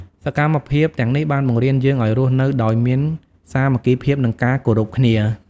សកម្មភាពទាំងនេះបានបង្រៀនយើងឱ្យរស់នៅដោយមានសាមគ្គីភាព និងការគោរពគ្នា។